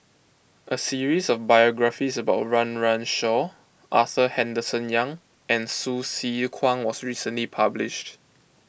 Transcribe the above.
a series of biographies about Run Run Shaw Arthur Henderson Young and Hsu Tse Kwang was recently published